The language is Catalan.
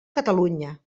catalunya